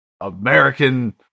american